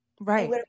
Right